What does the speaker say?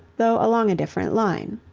though along a different line.